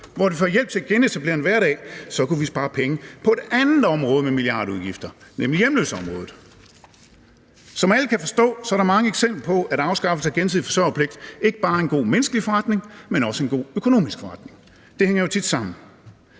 hvor de får hjælp til at genetablere en hverdag, kunne vi spare penge på et andet område med milliardudgifter, nemlig hjemløseområdet. Som alle kan forstå, er der mange eksempler på, at afskaffelse af gensidig forsørgerpligt ikke bare er en god menneskelig forretning, men også en god økonomisk forretning – det hænger jo tit sammen.